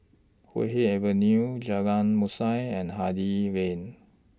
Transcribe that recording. Puay Hee Avenue Jalan Mashhor and Hardy Lane